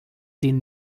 den